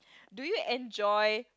do you enjoy